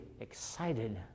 excited